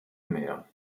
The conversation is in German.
mehr